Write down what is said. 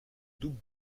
double